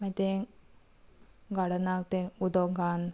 मागीर ते गार्डनाक ते उदक घान